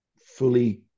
fully